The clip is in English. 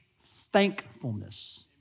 thankfulness